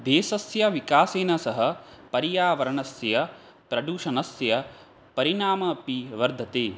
देशस्य विकासेन सह पर्यावरणस्य प्रदूषणस्य परिणामः अपि वर्धते